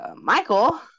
Michael